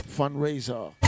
fundraiser